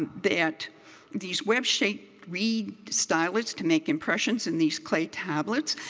they had these wedge-shaped reed stylus to make impressions in these clay tablets.